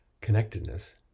connectedness